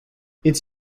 its